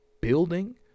building